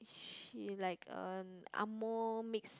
she like an angmoh mix